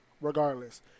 regardless